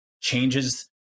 changes